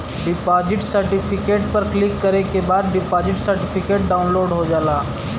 deposit certificate पर click करे के बाद डिपॉजिट सर्टिफिकेट डाउनलोड हो जाला